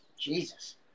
Jesus